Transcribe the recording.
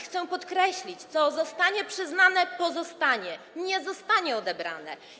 Chcę podkreślić, że co zostanie przyznane, pozostanie, nie zostanie odebrane.